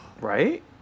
Right